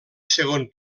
segon